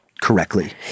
correctly